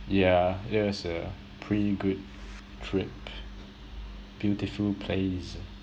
yeah that was a pretty good trip beautiful place